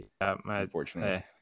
unfortunately